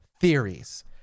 theories